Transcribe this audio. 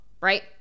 right